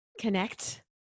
Connect